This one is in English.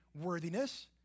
worthiness